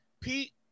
Pete